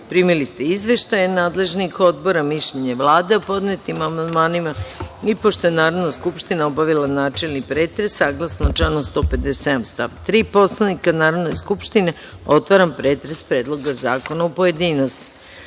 ste izveštaje nadležnih odbora, mišljenje Vlade o podnetim amandmanima. Pošto je Narodna skupština obavila načelni pretres, saglasno članu 157. stav 3. Poslanika Narodne skupštine, otvaram pretres Predloga zakona u pojedinostima. Na